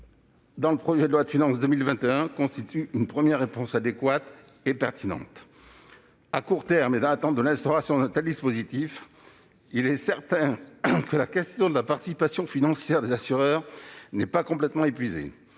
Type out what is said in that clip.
dans le projet de loi de finances pour 2021 constitue une première réponse adéquate et pertinente. À court terme, et dans l'attente de l'instauration d'un tel dispositif, il est certain que la question de la participation financière des assureurs n'est pas complètement épuisée,